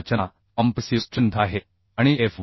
हा रचना compressive strength आहे आणि एफ